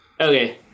okay